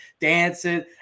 dancing